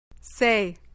Say